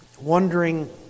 wondering